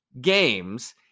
games